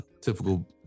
typical